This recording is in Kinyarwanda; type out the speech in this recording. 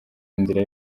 inzira